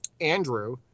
Andrew